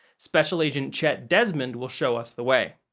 special agent chet desmond will show us the way.